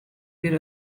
bir